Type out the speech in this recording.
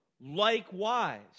Likewise